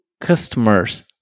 customers